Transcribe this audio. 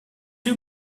too